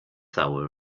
hour